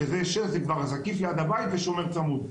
שש זה כבר זקיף ליד הבית ושומר צמוד.